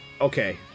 Okay